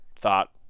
thought –